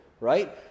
right